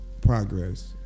progress